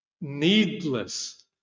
needless